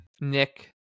Nick